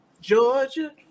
Georgia